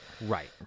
right